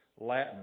Latin